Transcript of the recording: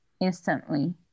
instantly